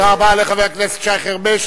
תודה רבה לחבר הכנסת שי חרמש.